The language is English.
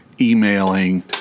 emailing